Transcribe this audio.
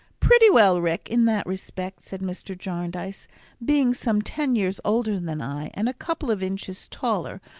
pretty well, rick, in that respect, said mr. jarndyce being some ten years older than i and a couple of inches taller,